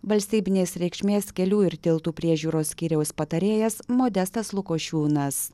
valstybinės reikšmės kelių ir tiltų priežiūros skyriaus patarėjas modestas lukošiūnas